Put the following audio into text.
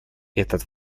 этот